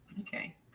Okay